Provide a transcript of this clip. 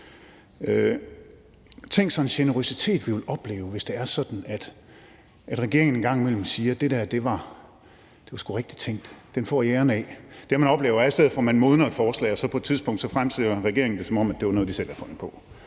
Tænk sig en generøsitet, vi vil opleve, hvis det er sådan, at regeringen engang imellem siger: Det der var sgu rigtigt tænkt; den får I æren af. Det, man oplever, er i stedet for, at man modner et forslag, og så på et tidspunkt fremsætter regeringen det, som om det var noget, de selv havde fundet på.